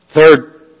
Third